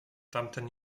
tamten